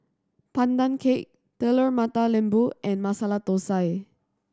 Pandan Cake Telur Mata Lembu and Masala Thosai